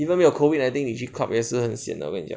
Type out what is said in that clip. even 没有 COVID nineteen 你去 club 也是很 sian 的我跟你讲